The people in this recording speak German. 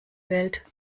welt